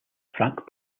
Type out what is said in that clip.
frank